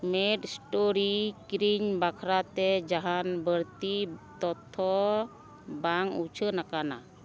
made story ᱠᱤᱨᱤᱧ ᱵᱟᱠᱷᱨᱟ ᱛᱮ ᱡᱟᱦᱟᱱ ᱵᱟ ᱲᱛᱤ ᱛᱚᱛᱛᱷᱚ ᱵᱟᱝ ᱩᱪᱷᱟᱹᱱ ᱟᱠᱟᱱᱟ